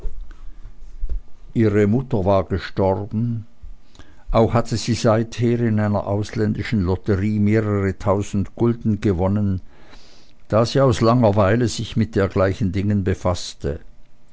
ihre mutter war gestorben auch hatte sie seither in einer ausländischen lotterie mehrere tausend gulden gewonnen da sie aus langer weile sich mit dergleichen dingen befaßte